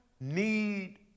need